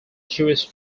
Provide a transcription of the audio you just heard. jewish